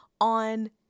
on